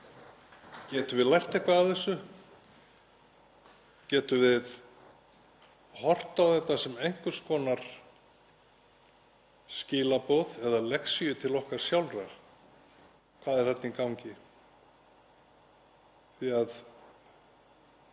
getum við lært eitthvað af þessu? Getum við horft á þetta sem einhvers konar skilaboð eða lexíu til okkar sjálfra um hvað er þarna í gangi?